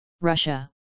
Russia